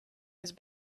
his